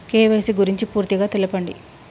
KYC గురించి పూర్తిగా తెలపండి?